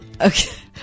Okay